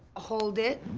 ah hold it.